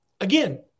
again